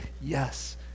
yes